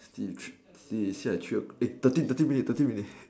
thirty three see see I I three o~ eh thirty thirty minutes thirty minutes